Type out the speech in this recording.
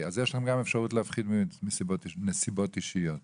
אז יש לכם אפשרות להפחית בגלל נסיבות אישיות.